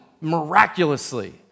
miraculously